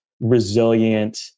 resilient